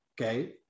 okay